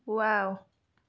wow